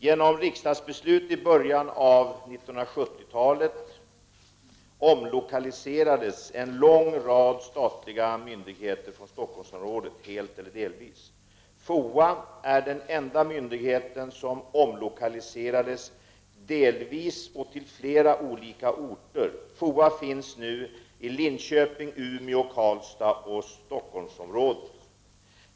Genom riksdagsbeslut i början av 1970-talet utlokaliserades en lång rad statliga myndigheter från Stockholmsområdet, helt eller delvis. FOA är den enda myndigheten som omlokaliserades delvis och till flera olika orter. FOA finns nu i Linköping, Umeå, Karlstad och i Stockholmsområdet.